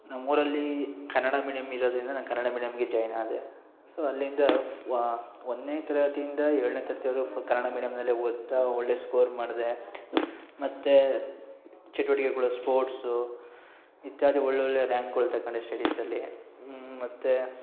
ನಮ್ಮೂರಲ್ಲಿ ಕನ್ನಡ ಮೀಡಿಯಮ್ ಇರೋದರಿಂದ ನಾನು ಕನ್ನಡ ಮೀಡಿಯಮ್ಗೆ ಜಾಯ್ನ್ ಆದೆ ಸೊ ಅಲ್ಲಿಂದ ಒಂದನೇ ತರಗತಿಯಿಂದ ಏಳನೇ ತರಗ್ತಿ ವರ್ಗು ಫುಲ್ ಕನ್ನಡ ಮೀಡಿಯಮ್ನಲ್ಲೇ ಓದ್ತಾ ಒಳ್ಳೆ ಸ್ಕೋರ್ ಮಾಡಿದೆ ಮತ್ತೆ ಚಟುವಟಿಕೆ ಕೂಡ ಸ್ಪೋರ್ಟ್ಸು ಇತ್ಯಾದಿ ಒಳ್ಳೊಳ್ಳೆ ರ್ಯಾಂಕ್ಗಳು ತಗೊಂಡೆ ಸ್ಟಡೀಸಲ್ಲಿ ಮತ್ತೆ